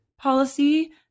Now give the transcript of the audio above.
policy